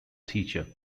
teacher